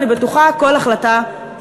לא הצלחתם.